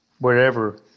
wherever